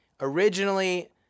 Originally